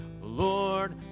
lord